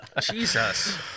jesus